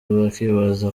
bakibaza